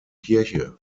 kirche